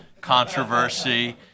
controversy